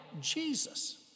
Jesus